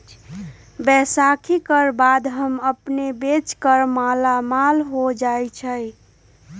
बैसाखी कर बाद हम अपन बेच कर मालामाल हो जयबई